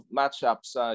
matchups